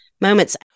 moments